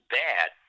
bad